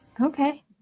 Okay